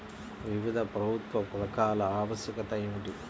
వివిధ ప్రభుత్వ పథకాల ఆవశ్యకత ఏమిటీ?